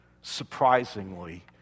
Surprisingly